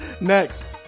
Next